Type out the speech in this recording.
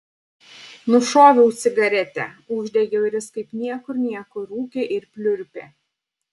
nušoviau cigaretę uždegiau ir jis kaip niekur nieko rūkė ir pliurpė